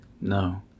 No